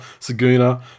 Saguna